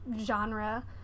genre